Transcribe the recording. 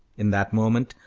in that moment,